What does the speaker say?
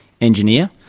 engineer